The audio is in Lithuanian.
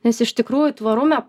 nes iš tikrųjų tvarume